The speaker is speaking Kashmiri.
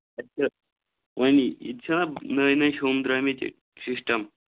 وٕنۍ یہِ تہِ چھِنہ نٕے نٕے ہُم درٛٲمِ سِسٹَم